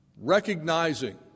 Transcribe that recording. recognizing